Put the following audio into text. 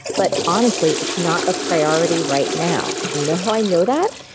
but honestly, it's not a priority right now and you know how i know that?